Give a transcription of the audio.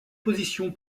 position